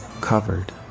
covered